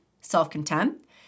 self-contempt